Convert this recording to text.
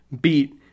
beat